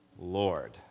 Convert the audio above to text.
Lord